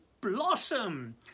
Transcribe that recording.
blossom